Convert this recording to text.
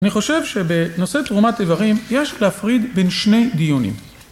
אני חושב שבנושא תרומת איברים, יש להפריד בין שני דיונים.